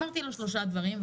ואמרתי לו שלושה דברים,